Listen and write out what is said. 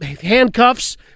handcuffs